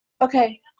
Okay